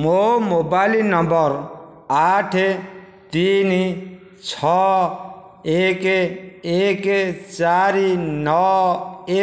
ମୋ mobile number ଆଠ ତିନି ଛଅ ଏକ ଏକ ଚାରି ନଅ